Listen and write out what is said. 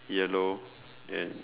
yellow and